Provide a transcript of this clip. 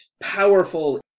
powerful